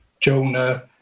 Jonah